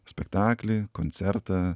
spektaklį koncertą